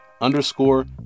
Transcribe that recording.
underscore